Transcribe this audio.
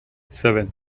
seven